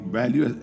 value